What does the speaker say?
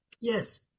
Yes